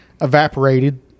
evaporated